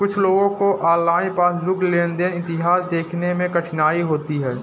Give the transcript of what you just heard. कुछ लोगों को ऑनलाइन पासबुक लेनदेन इतिहास देखने में कठिनाई होती हैं